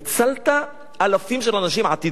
הצלת אלפים של אנשים עם חובות עתידיים,